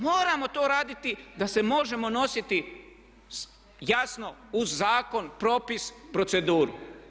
Moramo to raditi da se možemo nositi, jasno uz zakon, propis, proceduru.